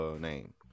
name